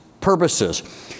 purposes